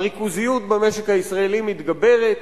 הריכוזיות במשק הישראלי מתגברת,